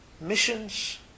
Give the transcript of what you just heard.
missions